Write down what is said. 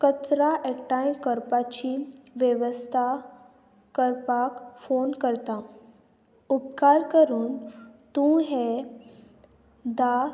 कचरां एकठांय करपाची वेवस्था करपाक फोन करतां उपकार करून तूं हे धा